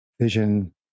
vision